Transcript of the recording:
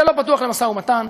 זה לא פתוח למשא-ומתן,